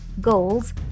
goals